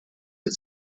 its